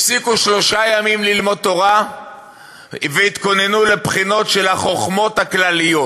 הפסיקו שלושה ימים ללמוד תורה והתכוננו לבחינות של החוכמות הכלליות.